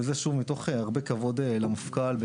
וזה מתוך הרבה כבוד למפכ"ל,